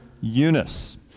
Eunice